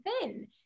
thin